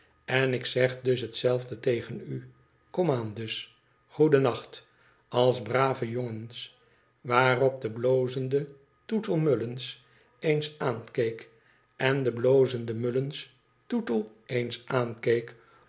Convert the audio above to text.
en ik zeg dus hetzelfde tegen u komaan dus goedennacht als brave jongens waarop de blozende tootle mullins eens aankeek en de blozende mullins tootle eens aankeek